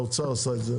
האוצר עשה את זה,